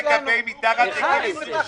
מה לגבי צעירים מתחת לגיל 28?